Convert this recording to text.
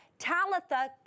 Talitha